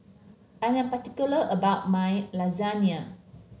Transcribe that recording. I am particular about my Lasagna